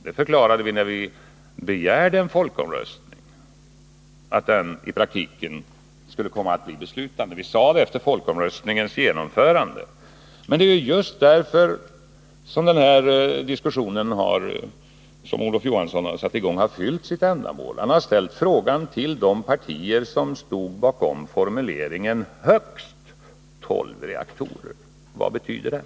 Vi förklarade redan när vi begärde en folkomröstning att den i praktiken skulle komma att bli beslutande, och det sade vi också efter folkomröstningens genomförande. Men just därför har den diskussion, som Olof Johansson har satt i gång, fyllt sitt ändamål. Han har ställt frågan till de partier som stod 17 bakom formuleringen ”högst tolv reaktorer”: Vad betyder det?